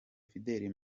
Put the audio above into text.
fidèle